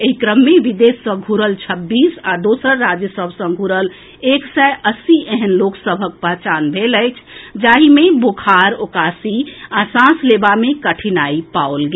एहि क्रम मे विदेश सँ घुरल छब्बीस आ दोसर राज्य सभ सँ घुरल एक सय अस्सी एहन लोक सभक पहचान भेल जाहि मे बुखार उकासी आ सांस लेबा मे कठिनाई पाओल गेल